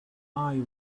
eye